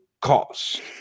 cost